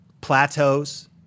plateaus